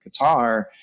Qatar